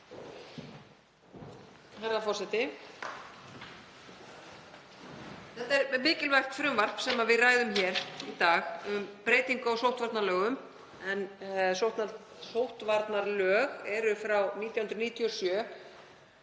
Herra forseti. Þetta er mikilvægt frumvarp sem við ræðum hér í dag, um breytingu á sóttvarnalögum, en þau lög eru frá 1997